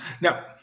Now